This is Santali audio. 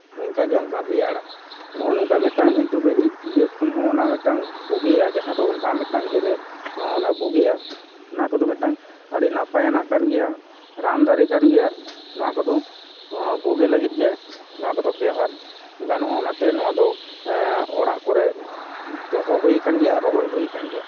ᱚᱱᱠᱟᱜᱮ ᱚᱱᱠᱟ ᱨᱮᱭᱟᱲᱟ ᱱᱚᱜᱼᱚ ᱱᱚᱝᱠᱟ ᱢᱤᱫᱴᱟᱱ ᱮᱱᱴᱤᱵᱟᱭᱚᱴᱤᱠ ᱤᱭᱟᱹ ᱠᱷᱚᱱ ᱦᱚᱸ ᱚᱱᱟ ᱢᱤᱫᱴᱟᱱ ᱵᱩᱜᱤᱭᱟ ᱡᱟᱦᱟᱸ ᱫᱚ ᱚᱱᱠᱟ ᱢᱤᱫᱴᱟᱱ ᱤᱭᱟᱹᱨᱮ ᱵᱩᱜᱤᱜᱼᱟ ᱚᱱᱟ ᱠᱚᱫᱚ ᱢᱤᱫᱴᱟᱱ ᱟᱹᱰᱤ ᱱᱟᱯᱟᱭᱟᱱᱟᱜ ᱠᱟᱱ ᱜᱮᱭᱟ ᱨᱟᱱ ᱫᱟᱨᱮ ᱫᱟᱨᱮ ᱠᱟᱱ ᱜᱮᱭᱟ ᱱᱚᱣᱟ ᱠᱚᱫᱚ ᱱᱚᱣᱟ ᱵᱩᱜᱤ ᱞᱟᱹᱜᱤᱫ ᱜᱮ ᱱᱚᱣᱟ ᱠᱚᱫᱚ ᱵᱮᱵᱚᱦᱟᱨ ᱜᱟᱱᱚᱜᱼᱟ ᱚᱱᱟᱛᱮ ᱱᱚᱣᱟᱫᱚ ᱚᱲᱟᱜ ᱠᱚᱨᱮᱫ ᱫᱚᱦᱚ ᱦᱩᱭ ᱠᱟᱱ ᱜᱮᱭᱟ ᱟᱨ ᱨᱚᱦᱚᱭ ᱦᱩᱭ ᱠᱟᱱ ᱜᱮᱭᱟ